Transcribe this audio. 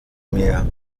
mehr